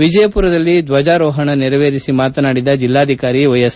ವಿಜಯಮರದಲ್ಲಿ ದ್ವಜಾರೋಪಣ ನೆರವೇರಿಸಿ ಮಾತನಾಡಿದ ಜಿಲ್ಲಾಧಿಕಾರಿ ವೈಎಸ್